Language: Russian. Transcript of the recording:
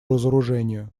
разоружению